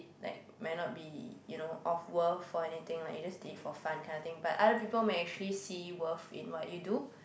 like might not be you know of worth for anything like you just did it for fun kind of thing but other people may actually see worth in what you do